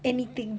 anything